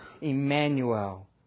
Emmanuel